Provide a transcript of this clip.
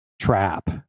trap